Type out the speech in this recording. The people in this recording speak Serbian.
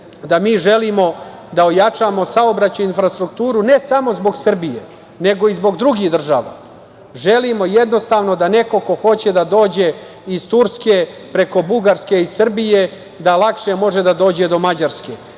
da mi želimo da ojačamo saobraćajnu infrastrukturu ne samo zbog Srbije, nego i zbog drugih država. Želimo jednostavno da neko ko hoće da dođe iz Turske preko Bugarske i Srbije, da lakše može da dođe do Mađarske.